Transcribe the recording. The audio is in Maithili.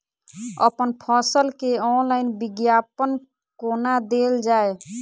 अप्पन फसल केँ ऑनलाइन विज्ञापन कोना देल जाए?